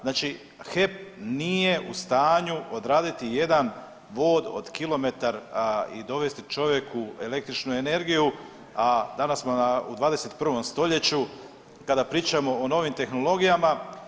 Znači HEP nije u stanju odraditi jedan vod od kilometar i dovesti čovjeku električnu energiju, a danas smo u 21. stoljeću kada pričamo o novim tehnologijama.